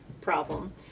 problem